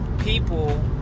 people